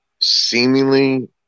seemingly